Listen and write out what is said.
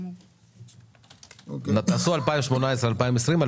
תעשו 2018 2020,